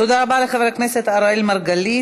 תודה רבה לחבר הכנסת אראל מרגלית.